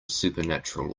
supernatural